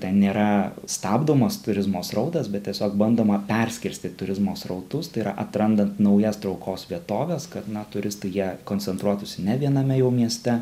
ten nėra stabdomos turizmo srautas bet tiesiog bandoma perskirstyt turizmo srautus tai yra atrandant naujas traukos vietoves kad na turistai jie koncentruotųsi ne viename jau mieste